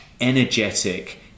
energetic